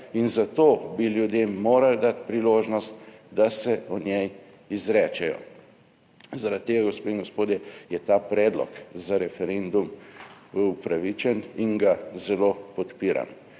in zato bi ljudem morali dati priložnost, da se o njej izrečejo. Zaradi tega gospe in gospodje, je ta predlog za referendum upravičen in ga zelo podpiram.